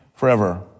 Forever